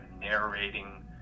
narrating